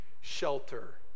shelter